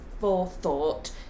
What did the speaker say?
forethought